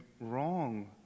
wrong